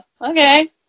okay